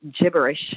gibberish